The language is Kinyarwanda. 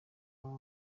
baba